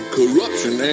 corruption